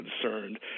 concerned